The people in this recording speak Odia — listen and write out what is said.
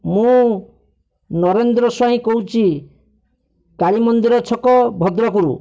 ମୁଁ ନରେନ୍ଦ୍ର ସ୍ୱାଇଁ କହୁଛି କାଳୀ ମନ୍ଦିର ଛକ ଭଦ୍ରକରୁ